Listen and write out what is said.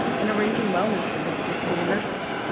and arranging wellness visits with school nurses.